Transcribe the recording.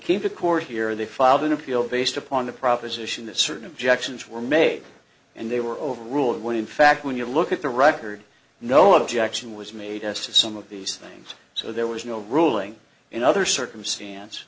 came to court here they filed an appeal based upon the proposition that certain objections were made and they were overruled when in fact when you look at the record no objection was made as to some of these things so there was no ruling in other circumstance